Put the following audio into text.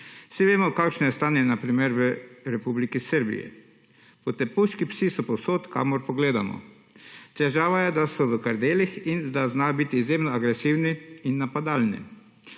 Vsi vemo kakšno je stanje na primer v Republiki Srbiji. Potepuški psi so povsod kamor pogledamo. Težava je, da so v krdelih in da znajo biti izjemno agresivni in napadalni.